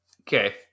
okay